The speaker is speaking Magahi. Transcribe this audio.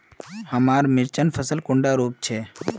हमार मिर्चन फसल कुंडा रोग छै?